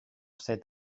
cet